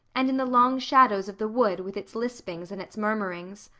and in the long shadows of the wood with its lispings and its murmurings.